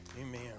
Amen